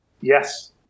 Yes